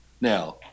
now